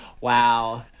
Wow